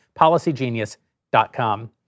PolicyGenius.com